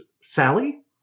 Sally